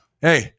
hey